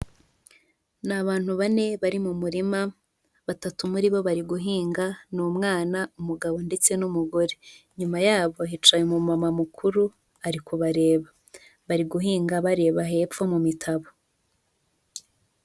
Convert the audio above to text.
Ni abantu bane bari mu murima, batatu muri bo bari guhinga, ni umwana, umugabo, ndetse n'umugore. Inyuma yabo hicaye umumama mukuru, ari kubareba bari guhinga bareba hepfo mu mitabo.